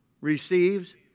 Receives